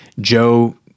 Joe